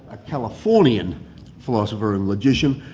a californian philosopher and logician,